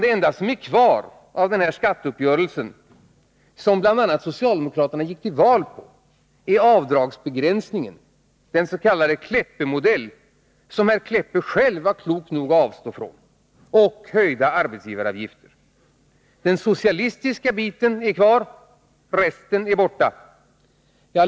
Det enda som är kvar av den skatteuppgörelse som bl.a. socialdemokraterna gick till val på är avdragsbegränsningen — den Kleppemodell som t.o.m. herr Kleppe själv var klok nog att avstå från — och höjda arbetsgivaravgifter. Den socialistiska biten är kvar, resten är borta.